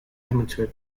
amateur